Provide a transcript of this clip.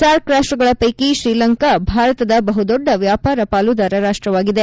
SAARC ರಾಷ್ಟಗಳ ಪೈಕಿ ಶ್ರೀಲಂಕಾವು ಭಾರತದ ಬಹುದೊಡ್ಡ ವ್ಯಾಪಾರ ಪಾಲುದಾರ ರಾಷ್ಟವಾಗಿದೆ